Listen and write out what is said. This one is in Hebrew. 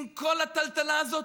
עם כל הטלטלה הזאת,